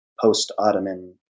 post-Ottoman